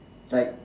like